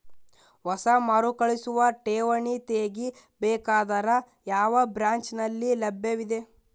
ಹೊಸ ಮರುಕಳಿಸುವ ಠೇವಣಿ ತೇಗಿ ಬೇಕಾದರ ಯಾವ ಬ್ರಾಂಚ್ ನಲ್ಲಿ ಲಭ್ಯವಿದೆ?